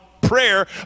prayer